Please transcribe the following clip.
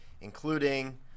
including